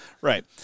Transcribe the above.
Right